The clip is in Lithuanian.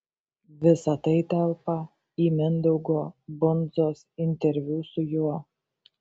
visa tai telpa į mindaugo bundzos interviu su juo